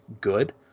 good